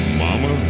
mama